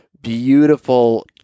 beautiful